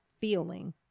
feeling